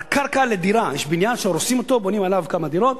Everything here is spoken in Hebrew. על קרקע לדירה יש בניין שהורסים אותו ובונים עליו כמה דירות.